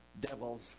devil's